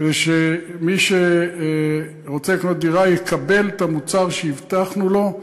כדי שמי שרוצה לקנות דירה יקבל את המוצר שהבטחנו לו,